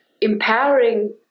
empowering